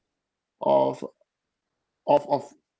of of of